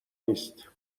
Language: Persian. نیست